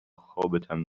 خوابتم